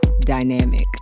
dynamic